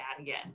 again